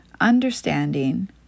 understanding